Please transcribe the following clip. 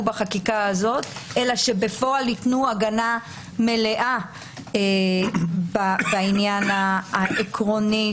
בחקיקה הזו אלא שבפועל ייתנו הגנה מלאה בעניין העקרוני,